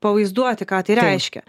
pavaizduoti ką tai reiškia